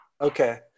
Okay